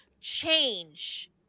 change